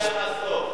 חבר הכנסת בן-ארי,